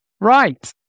Right